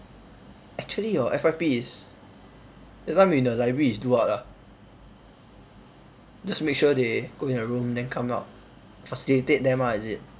actually your F_Y_P is that time in the library is do what ah just make sure they go in the room then come out facilitate them ah is it